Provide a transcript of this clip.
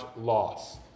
loss